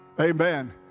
Amen